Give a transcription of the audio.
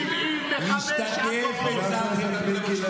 אל תספר שבאנו לבקש כסף, כי אנחנו